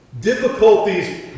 Difficulties